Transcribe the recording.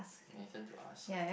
any turn to ask